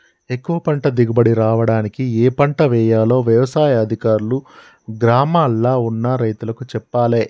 ఎక్కువ పంట దిగుబడి రావడానికి ఏ పంట వేయాలో వ్యవసాయ అధికారులు గ్రామాల్ల ఉన్న రైతులకు చెప్పాలే